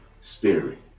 spirit